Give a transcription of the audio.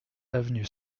avenue